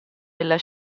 della